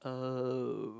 uh